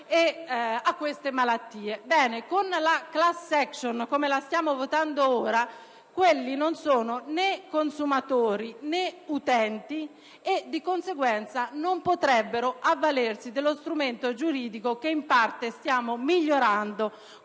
e le malattie. Con la *class action* come la stiamo votando noi, quelli non sono né consumatori né utenti e di conseguenza non potrebbero avvalersi dello strumento giuridico che in parte stiamo migliorando